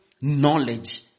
knowledge